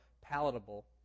palatable